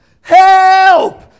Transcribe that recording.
help